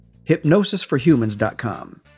HypnosisForHumans.com